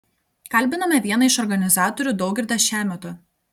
kalbiname vieną iš organizatorių daugirdą šemiotą